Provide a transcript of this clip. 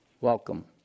Welcome